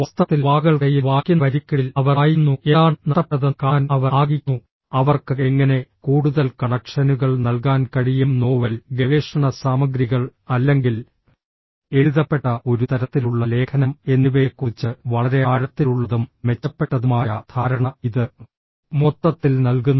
വാസ്തവത്തിൽ വാക്കുകൾക്കിടയിൽ വായിക്കുന്ന വരികൾക്കിടയിൽ അവർ വായിക്കുന്നു എന്താണ് നഷ്ടപ്പെട്ടതെന്ന് കാണാൻ അവർ ആഗ്രഹിക്കുന്നു അവർക്ക് എങ്ങനെ കൂടുതൽ കണക്ഷനുകൾ നൽകാൻ കഴിയും നോവൽ ഗവേഷണ സാമഗ്രികൾ അല്ലെങ്കിൽ എഴുതപ്പെട്ട ഒരു തരത്തിലുള്ള ലേഖനം എന്നിവയെക്കുറിച്ച് വളരെ ആഴത്തിലുള്ളതും മെച്ചപ്പെട്ടതുമായ ധാരണ ഇത് മൊത്തത്തിൽ നൽകുന്നു